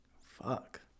Fuck